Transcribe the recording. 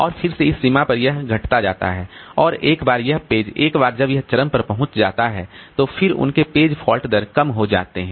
और फिर से इस सीमा पर यह घटता जाता है और एक बार यह पेज एक बार जब यह चरम पर पहुंच जाता है तो फिर उनके पेज फॉल्ट दर कम हो जाते हैं